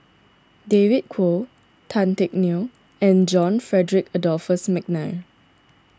David Kwo Tan Teck Neo and John Frederick Adolphus McNair